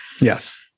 Yes